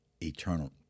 eternal